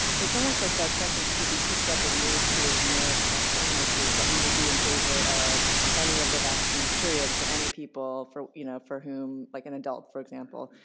it's almost like that sentence could be picked up and moved to a generic section, which is that we would be in favor of any of the vaccines period for any people for you know for whom, like an adult for example,